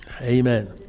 Amen